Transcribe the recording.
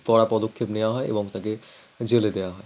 কড়া পদক্ষেপ নেওয়া হয় এবং তাকে জেলে দেওয়া হয়